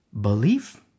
Belief